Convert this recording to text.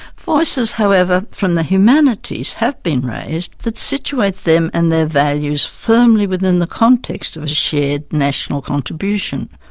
voices however from the humanities have been raised that situate them and their values firmly within the context of a shared national contribution.